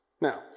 Now